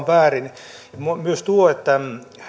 väärin myös tuo että